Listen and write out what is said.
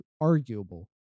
arguable